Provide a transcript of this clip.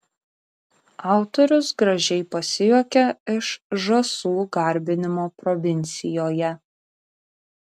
autorius gražiai pasijuokia iš žąsų garbinimo provincijoje